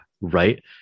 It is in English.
Right